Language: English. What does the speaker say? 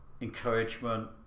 encouragement